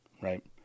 right